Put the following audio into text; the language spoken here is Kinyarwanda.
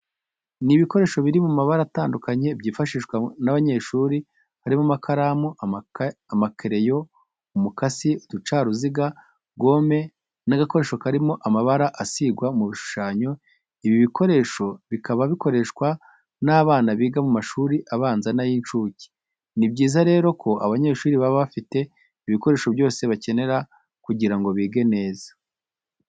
Ni ibikoresho biri mu mabara atandukanye byifashishwa n'abanyeshuri, harimo amakaramu, amakereyo, umukasi, uducaruzuga, gome n'agakoresho karimo amabara asigwa mu bishushanyo. Ibi bikoresho bikaba bikorehswa n'abana biga mu mashuri abanza n'ay'incuke. Ni byiza rero ko abanyeshuri baba bafite ibikoresho byose bakenera kugira ngo bige neza.